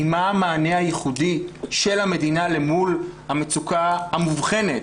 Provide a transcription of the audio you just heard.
מה המענה הייחודי של המדינה למול המצוקה המובחנת